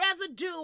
residue